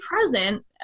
present